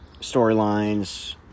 storylines